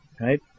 right